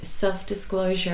self-disclosure